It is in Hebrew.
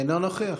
אינו נוכח